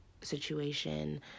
situation